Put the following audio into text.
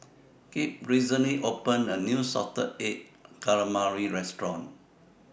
Kipp recently opened A New Salted Egg Calamari Restaurant